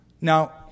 Now